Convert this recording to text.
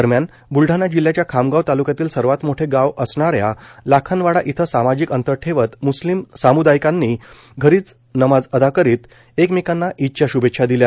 दरम्यान बुलडाणा जिल्ह्याच्या खामगाव तालुक्यातील सर्वात मोठे गाव असणाऱ्या लाखनवाडा येथे सामाजिक अंतर ठेवत म्स्लिम सम्दायीकांनी घरीच नमाज अदा करुन सामाजिक अंतर राखत एकमेकांना ईदच्या श्भेच्छा दिल्या